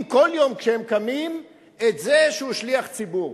כל יום שהם קמים את זה שהם שליחי ציבור.